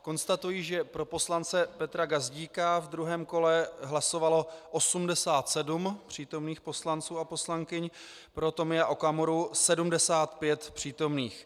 Konstatuji, že pro poslance Petra Gazdíka v druhém kole hlasovalo 87 přítomných poslanců a poslankyň, pro Tomia Okamuru 75 přítomných.